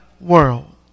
world